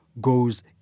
goes